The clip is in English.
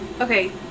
Okay